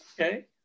Okay